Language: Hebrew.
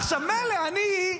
עכשיו, מילא אני,